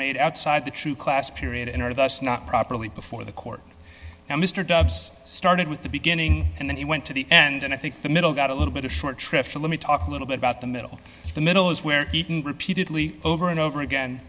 made outside the true class period and are thus not properly before the court now mr dubbs started with the beginning and then he went to the end and i think the middle got a little bit of short trips to let me talk a little bit about the middle of the middle is where beaten repeatedly over and over again